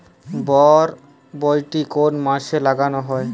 বরবটি কোন মাসে লাগানো হয়?